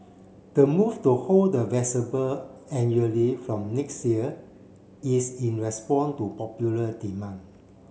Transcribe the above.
the move to hold the annually from next year is in respond to popular demand